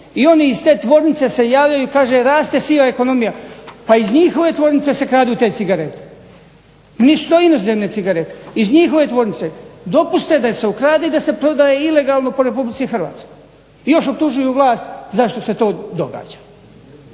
I oni iz te tvornice se javljaju i kaže raste siva ekonomija. Pa iz njihove tvornice se kradu te cigarete. Nisu to inozemne cigarete, iz njihove tvornice dopuste da se ukrade i da se prodaje ilegalno po Republici Hrvatskoj i još optužuju vlast zašto se to događa.